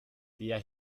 der